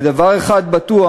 דבר אחד בטוח,